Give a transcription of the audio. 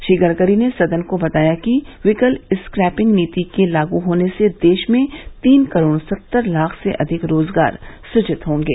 श्री गडकरी ने सदन को बताया कि व्हीकल स्क्रैपिंग नीति के लागू होने से देश में तीन करोड़ सत्तर लाख से अधिक रोजगार सृजित होंगे